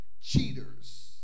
cheaters